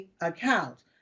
account